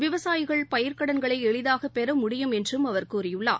விவசாயிகள் பயிர்க்கடன்களை எளிதாக பெற முடியும் என்றும் அவர் கூறினார்